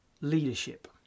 Leadership